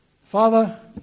Father